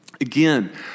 Again